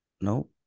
no